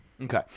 Okay